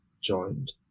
joined